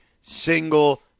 single